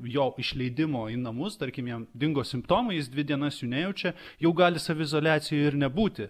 jo išleidimo į namus tarkim jam dingo simptomai jis dvi dienas jų nejaučia jau gali saviizoliacijoje ir nebūti